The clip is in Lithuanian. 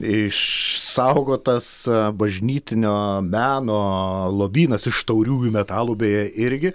išsaugotas bažnytinio meno lobynas iš tauriųjų metalų beje irgi